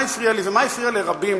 מה הפריע לי ומה הפריע לרבים,